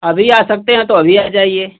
अभी आ सकते हैं तो अभी आ जाइए